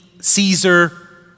Caesar